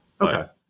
Okay